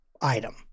item